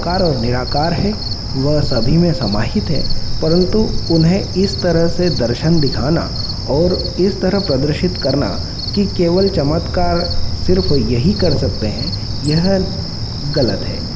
आकार और निराकार है व सभी में समाहित है परन्तु उन्हें इस तरह से दर्शन दिखाना और इस तरह प्रदर्शित करना कि केवल चमत्कार सिर्फ यही कर सकते हैं यह गलत है